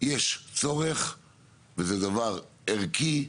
יש צורך וזה דבר ערכי,